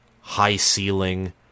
high-ceiling